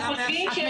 אתם חושבים?